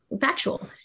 factual